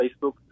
Facebook